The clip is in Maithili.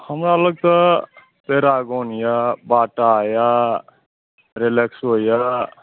हमरा लग तऽ पैरागौन यए बाटा यए रिलैक्सो यए